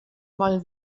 moll